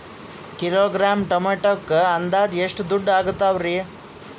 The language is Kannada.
ಕಿಲೋಗ್ರಾಂ ಟೊಮೆಟೊಕ್ಕ ಅಂದಾಜ್ ಎಷ್ಟ ದುಡ್ಡ ಅಗತವರಿ?